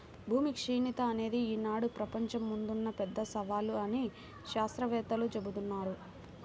భూమి క్షీణత అనేది ఈనాడు ప్రపంచం ముందున్న పెద్ద సవాలు అని శాత్రవేత్తలు జెబుతున్నారు